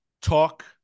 talk